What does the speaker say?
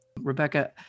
Rebecca